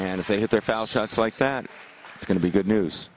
and if they hit their foul shots like that it's going to be good news